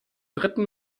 dritten